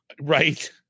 Right